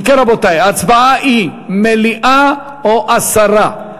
אם כן, רבותי, ההצבעה היא: מליאה או הסרה.